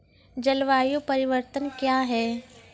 जलवायु परिवर्तन कया हैं?